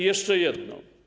Jeszcze jedno.